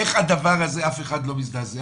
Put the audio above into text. איך על הדבר הזה אף אחד לא מזדעזע?